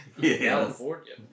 California